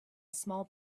small